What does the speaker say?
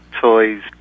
toys